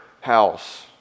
house